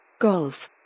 Golf